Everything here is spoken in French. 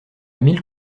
mille